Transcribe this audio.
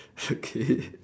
okay